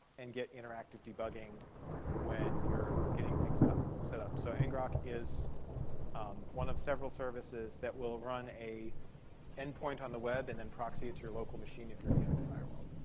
and get interactive debugging when you're getting things at setup. so ngrok is one of several services that will run a endpoint on the web, and then proxy it to your local machine if you're behind a firewall.